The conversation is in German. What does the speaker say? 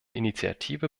initiative